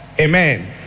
Amen